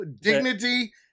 dignity